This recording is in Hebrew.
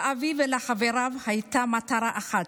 לאבי ולחבריו הייתה מטרה אחת: